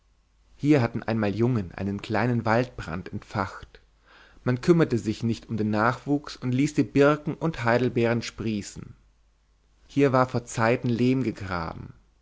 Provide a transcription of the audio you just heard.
hier hatten einmal jungen einen kleinen waldbrand entfacht man kümmerte sich nicht um den nachwuchs und ließ die birken und heidelbeeren sprießen hier war vor zeiten lehm gegraben